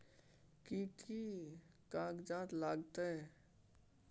कि कि कागजात लागतै?